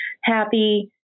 happy